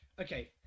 Okay